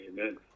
Amen